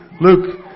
Luke